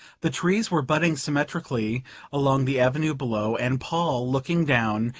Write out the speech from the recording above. the trees were budding symmetrically along the avenue below and paul, looking down,